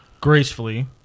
gracefully